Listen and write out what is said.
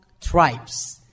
tribes